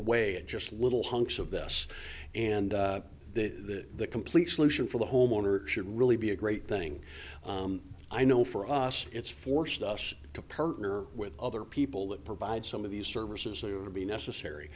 away at just little hunks of this and that the complete solution for the homeowner should really be a great thing i know for us it's forced us to pertness with other people that provide some of these services to be necessary